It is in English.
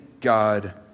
God